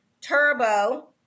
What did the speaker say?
Turbo